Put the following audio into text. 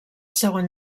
segon